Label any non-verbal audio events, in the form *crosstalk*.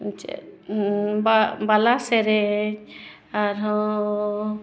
ᱪᱮᱫ *unintelligible* ᱵᱟᱞᱟ ᱥᱮᱨᱮᱧ ᱟᱨᱦᱚᱸ